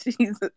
Jesus